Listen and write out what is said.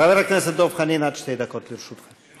חבר הכנסת דב חנין, עד שתי דקות לרשותך.